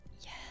yes